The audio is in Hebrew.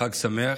חג שמח,